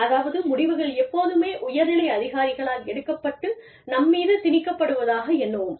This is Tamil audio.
அதாவது முடிவுகள் எப்போதுமே உயர்நிலை அதிகாரிகளால் எடுக்கப்பட்டு நம் மீது திணிக்கப்படுவதாக எண்ணுவோம்